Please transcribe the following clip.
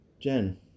Jen